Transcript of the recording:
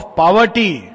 poverty